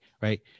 right